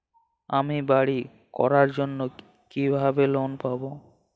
আমি বাড়ি করার জন্য কিভাবে লোন পাব?